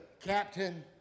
captain